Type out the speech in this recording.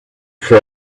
for